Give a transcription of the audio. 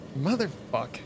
Motherfuck